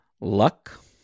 Luck